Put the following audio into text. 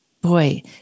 boy